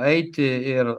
eiti ir